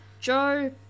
Joe